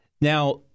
Now-